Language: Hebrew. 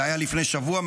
זה היה לפני שבוע,